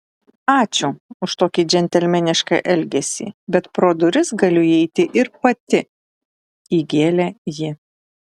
ačiū už tokį džentelmenišką elgesį bet pro duris galiu įeiti ir pati įgėlė ji